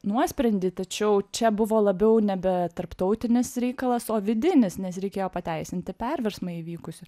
nuosprendį tačiau čia buvo labiau nebe tarptautinis reikalas o vidinis nes reikėjo pateisinti perversmą įvykusį